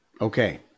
Okay